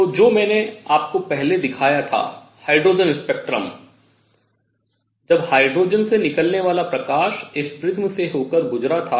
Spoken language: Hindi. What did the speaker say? तो जो मैंने आपको पहले दिखाया था हाइड्रोजन स्पेक्ट्रम जब हाइड्रोजन से निकलने वाला प्रकाश इस प्रिज्म से होकर गुजरा था